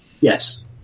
Yes